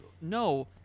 No